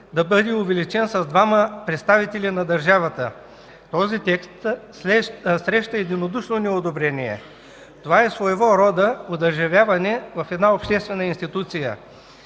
да бъде увеличен с двама представители на държавата. Този текст срещна единодушно неодобрение. Това е своего рода одържавяване в една обществена институция.